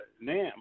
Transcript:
Nam